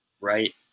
right